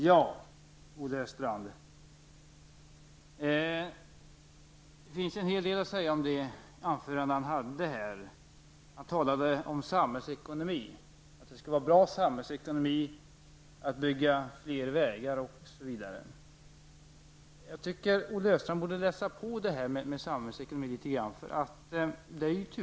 Herr talman! Det finns en hel del att säga om Olle Östrands anförande. Han talade om att det skulle vara bra samhällsekonomi att bygga fler vägar osv. Jag tycker att Olle Östrand borde läsa på om samhällsekonomi litet grand.